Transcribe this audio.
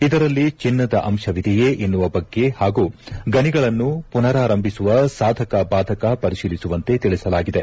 ಇದರಲ್ಲಿ ಚನ್ನದ ಅಂಶವಿದೆಯೇ ಎನ್ನುವ ಬಗ್ಗೆ ಹಾಗೂ ಗಣಿಗಳನ್ನು ಪುನರಾರಂಭಿಸುವ ಸಾಧಕ ಬಾಧಕ ಪರಿಶೀಲಿಸುವಂತೆ ತಿಳಿಸಲಾಗಿದೆ